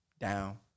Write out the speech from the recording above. Down